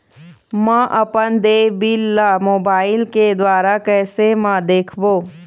म अपन देय बिल ला मोबाइल के द्वारा कैसे म देखबो?